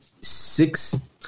Six